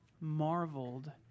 marveled